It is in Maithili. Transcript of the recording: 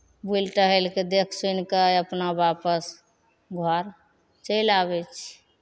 बुलि टहलि कऽ देख सुनि कऽ अपना वापस घर चलि आबै छी